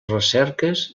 recerques